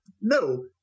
no